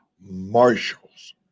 Marshals